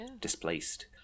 displaced